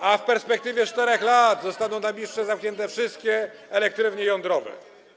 A w perspektywie 4 lat zostaną tam jeszcze zamknięte wszystkie elektrownie jądrowe.